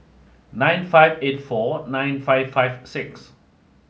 nine five eight four nine five five six